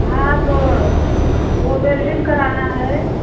हाँ तो वह बेल्डिंग कराना है